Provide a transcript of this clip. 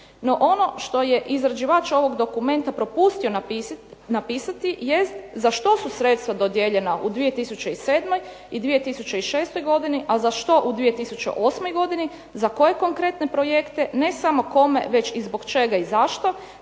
ono što je izrađivač ovog dokumenta propustio napisati jest za što su sredstva dodijeljena u 2007. i 2006. godini, a za što u 2008. godini, za koje konkretne projekte ne samo kome već i zbog čega i zašto,